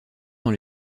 dans